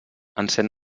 encén